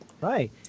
Right